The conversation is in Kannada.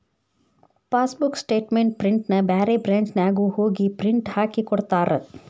ಫಾಸ್ಬೂಕ್ ಸ್ಟೇಟ್ಮೆಂಟ್ ಪ್ರಿಂಟ್ನ ಬ್ಯಾರೆ ಬ್ರಾಂಚ್ನ್ಯಾಗು ಹೋಗಿ ಪ್ರಿಂಟ್ ಹಾಕಿಕೊಡ್ತಾರ